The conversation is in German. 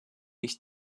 ich